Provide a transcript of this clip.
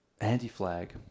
Anti-Flag